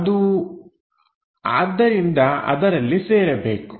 ಅದು ಆದ್ದರಿಂದ ಅದರಲ್ಲಿ ಸೇರಬೇಕು